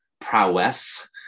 prowess